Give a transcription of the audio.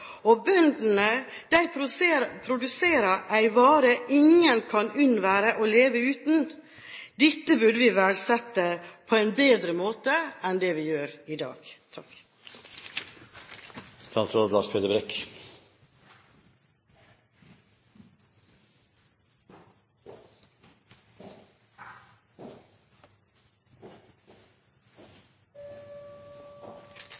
og bøndene produserer varer ingen kan leve uten. Dette burde vi verdsette på en bedre måte enn det vi gjør i dag.